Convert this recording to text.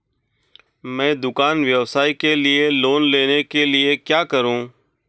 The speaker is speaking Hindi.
मैं दुकान व्यवसाय के लिए लोंन लेने के लिए क्या करूं?